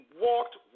walked